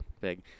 big